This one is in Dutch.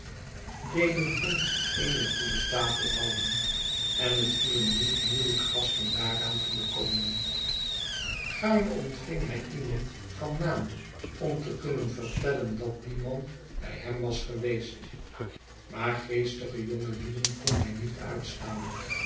deden hem eene goede tafel houden en het viel hem niet moeielyk gasten daaraan te bekomen gaarne ontving hij iemand van naam om te kunnen vertellen dat die man bij hem was geweest maar geestige jongelieden kon hij niet uitstaan